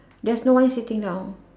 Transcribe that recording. there's no one sitting down